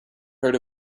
heard